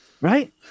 right